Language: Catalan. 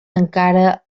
encara